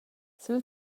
sül